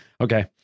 Okay